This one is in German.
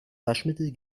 waschmittel